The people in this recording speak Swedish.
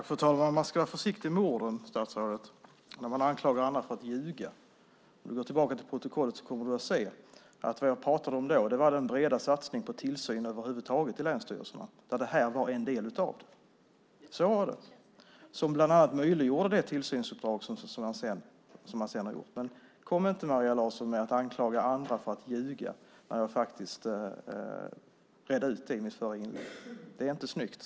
Fru talman! Man ska vara försiktig med orden, statsrådet, när man anklagar andra för att ljuga. Om du går tillbaka till protokollet kommer du att se att jag pratade om den över huvud taget breda satsningen på tillsyn i länsstyrelserna. Det här var en del av det. Så var det. Det möjliggjorde bland annat det tillsynsuppdrag som sedan genomfördes. Anklaga inte andra, Maria Larsson, för att ljuga. Det är inte snyggt.